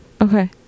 Okay